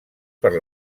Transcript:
per